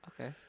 Okay